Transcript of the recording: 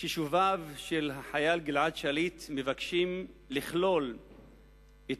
כך ששוביו של החייל גלעד שליט מבקשים לכלול את